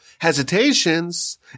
hesitations